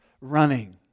running